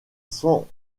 cent